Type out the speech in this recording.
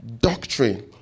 doctrine